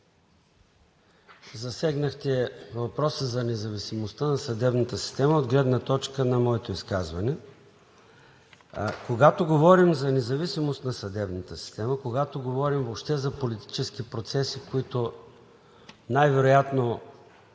засегнахте въпроса за независимостта на съдебната система от гледна точка на моето изказване. Когато говорим за независимост на съдебната система, когато говорим въобще за политически процеси, които най-вероятно